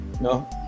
no